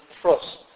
trust